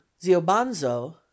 Ziobanzo